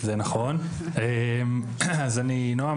אז אני נועם,